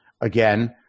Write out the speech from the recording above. Again